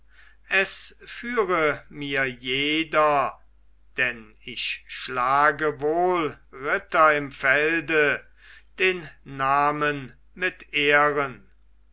es führe mir jeder denn ich schlage wohl ritter im felde den namen mit